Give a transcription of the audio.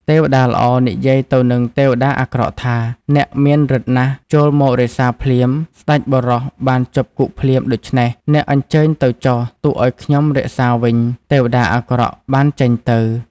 ទេវតាល្អនិយាយទៅនឹងទេវតាអាក្រក់ថា “អ្នកមានរិទ្ធិណាស់ចូលមករក្សាភ្លាមស្តេចបុរសបានជាប់គុកភ្លាមដូច្នេះអ្នកអញ្ជើញទៅចុះទុកអោយខ្ញុំរក្សាវិញ ទេវតាអាក្រក់បានចេញទៅ។